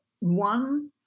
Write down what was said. one